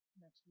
next